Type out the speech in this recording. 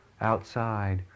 outside